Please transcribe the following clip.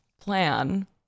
plan